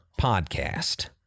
podcast